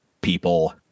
people